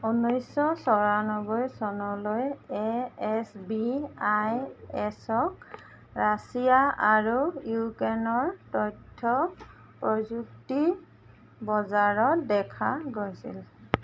ঊনৈছশ চৌৰান্নবৈ চনলৈ A S B I S ক ৰাছিয়া আৰু ইউক্ৰেইনৰ তথ্য প্ৰযুক্তি বজাৰত দেখা গৈছিল